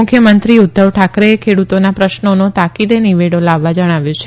મુખ્ય મંત્રી ઉધ્ધવ ઠાકરેએ ખેડુતોના પ્રશ્નોનો તાકીદે નીવેડો લાવવા જણાવ્યું છે